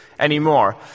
anymore